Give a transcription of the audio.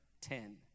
ten